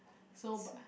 so but